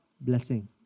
blessing